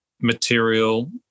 material